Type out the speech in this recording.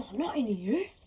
not in here.